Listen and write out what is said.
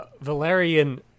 Valerian